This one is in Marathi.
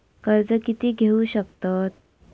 कर्ज कीती घेऊ शकतत?